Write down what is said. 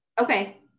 Okay